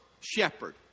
shepherd